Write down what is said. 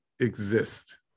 exist